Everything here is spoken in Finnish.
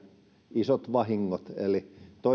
isot vahingot eli